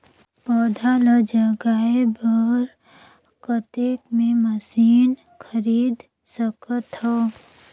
पौधा ल जगाय बर कतेक मे मशीन खरीद सकथव?